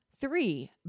three